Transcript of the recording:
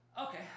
Okay